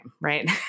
right